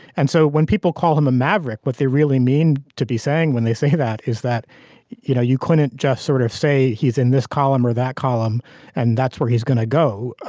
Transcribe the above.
and so when people call him a maverick what they really mean to be saying when they say that is that you know you couldn't just sort of say he's in this column or that column and that's where he's going to go.